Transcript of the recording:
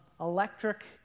electric